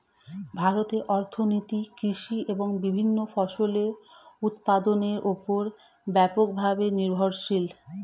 ভারতের অর্থনীতি কৃষি এবং বিভিন্ন ফসলের উৎপাদনের উপর ব্যাপকভাবে নির্ভরশীল